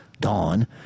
Dawn